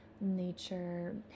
nature